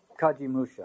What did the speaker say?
Kajimusha